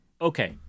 okay